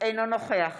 אינו נוכח